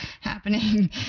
happening